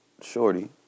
Shorty